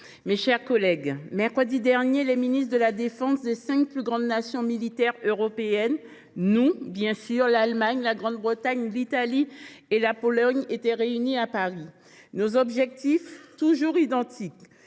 mes chers collègues, mercredi dernier, les ministres de la défense des cinq plus grandes nations militaires européennes – la France, l’Allemagne, la Grande Bretagne, l’Italie et la Pologne – étaient réunis à Paris. Nos objectifs sont toujours identiques